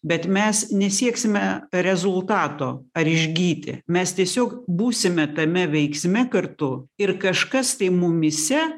bet mes nesieksime rezultato ar išgyti mes tiesiog būsime tame veiksme kartu ir kažkas tai mumyse